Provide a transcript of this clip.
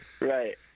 Right